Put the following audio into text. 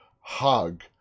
hug